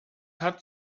hat